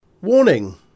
Warning